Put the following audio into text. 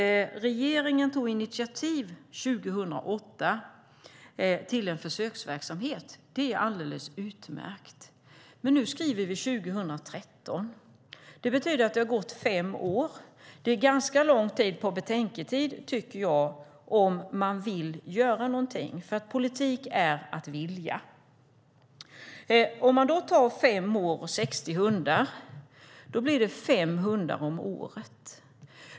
Regeringen tog initiativ 2008 till en försöksverksamhet. Det är alldeles utmärkt. Men nu skriver vi 2013. Det har gått fem år. Det är ganska lång betänketid, tycker jag, om man vill göra någonting. Politik är ju att vilja. Fem år och 60 hundar, ja, det blir en hund i månaden.